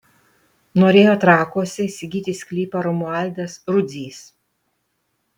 norėjo trakuose įsigyti sklypą romualdas rudzys